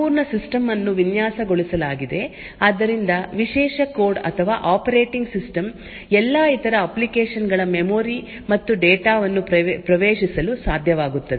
ಈಗ ಸಂಪೂರ್ಣ ಸಿಸ್ಟಮ್ ಅನ್ನು ವಿನ್ಯಾಸಗೊಳಿಸಲಾಗಿದೆ ಆದ್ದರಿಂದ ವಿಶೇಷ ಕೋಡ್ ಅಥವಾ ಆಪರೇಟಿಂಗ್ ಸಿಸ್ಟಮ್ ಎಲ್ಲಾ ಇತರ ಅಪ್ಲಿಕೇಶನ್ ಗಳ ಮೆಮೊರಿ ಮತ್ತು ಡೇಟಾ ವನ್ನು ಪ್ರವೇಶಿಸಲು ಸಾಧ್ಯವಾಗುತ್ತದೆ